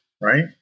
right